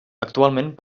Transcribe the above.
actualment